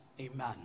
Amen